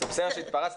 זה בסדר שהתפרצת,